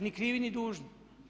Ni krivi ni dužni.